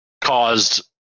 caused